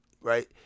right